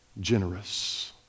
generous